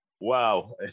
Wow